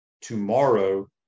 tomorrow